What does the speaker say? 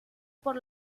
por